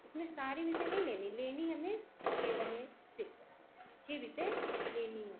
उसमें सारी विषय नहीं लेनी लेनी हमें केवल है सिक्स छः विषय लेनी है